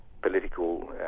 political